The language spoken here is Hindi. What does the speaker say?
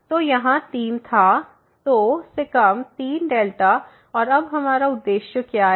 तो यहाँ 3 था तोसे कम 3δ और अब हमारा उद्देश्य क्या है